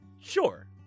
Sure